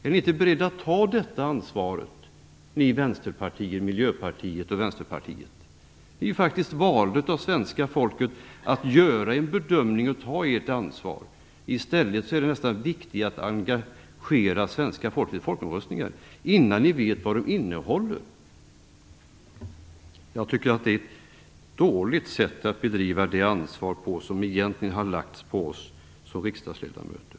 Är ni inte beredda att ta det ansvaret, ni vänsterpartier, Miljöpartiet och Vänsterpartiet? Ni är faktiskt valda av svenska folket att göra en bedömning och ta ert ansvar. I stället är det nästan viktigare för er att engagera svenska folket i folkomröstningar innan ni vet vad de innehåller. Jag tycker att det är ett dåligt sätt att förvalta det ansvar som egentligen har lagts på oss som riksdagsledamöter.